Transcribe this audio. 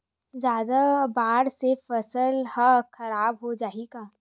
जादा बाढ़ से फसल ह खराब हो जाहि का?